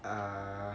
uh